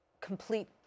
complete